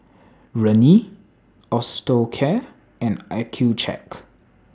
Rene Osteocare and Accucheck